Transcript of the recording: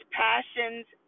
passions